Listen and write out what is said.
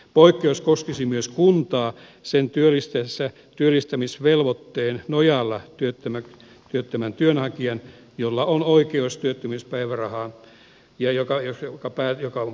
poikkeus koskisi myös kuntaa sen työllistäessä työllistämisvelvoitteen nojalla työttömän työnhakijan jolla on oikeus työttömyyspäivärahaan joka on päättymässä